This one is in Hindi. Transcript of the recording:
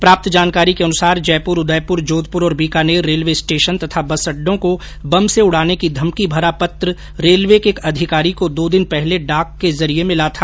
प्राप्त जानकारी के अनुसार जयपुर उदयपुर जोधपुर और बीकानेर रेलवे स्टेशन तथा बस अड्डो को बम से उड़ाने की धमकी भरा पत्र रेलवे के एक अधिकारी को दो दिन पहले डाक के जरिए मिला था